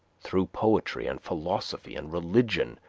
through poetry and philosophy and religion,